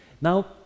Now